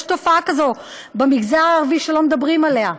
יש תופעה כזו במגזר הערבי שלא מדברים עליה: